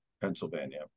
Pennsylvania